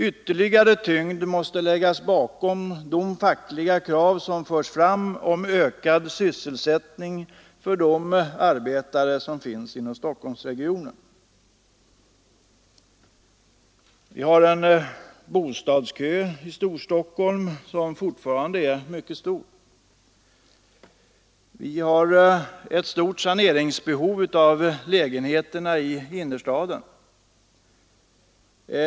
Ytterligare tyngd måste läggas bakom de fackliga kraven på ökad sysselsättning för de arbetare som finns inom Stockholmsregionen. Vi har en bostadskö i Storstockholm som fortfarande är mycket lång. Vi har ett stort behov av sanering av lägenheterna i innerstaden.